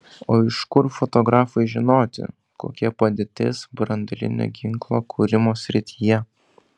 o iš kur fotografui žinoti kokia padėtis branduolinio ginklo kūrimo srityje